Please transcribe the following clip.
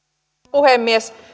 puhemies